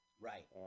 Right